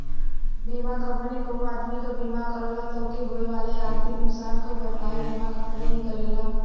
बीमा कंपनी कउनो आदमी क बीमा करला त ओके होए वाले आर्थिक नुकसान क भरपाई बीमा कंपनी ही करेला